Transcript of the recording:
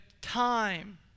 time